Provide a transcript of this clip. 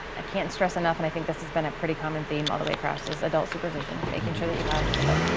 i can't stress enough and i think this has been a pretty common theme all the way across is adult supervision, making sure that you have a